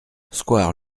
square